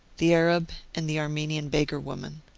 the arab and the armenian beggar woman.